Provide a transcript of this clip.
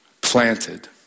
planted